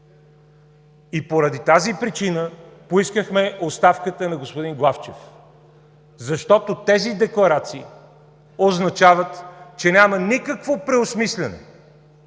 И поради тази причина поискахме оставката на господин Главчев, защото тези декларации означават, че няма никакво преосмисляне